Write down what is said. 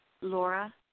Laura